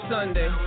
Sunday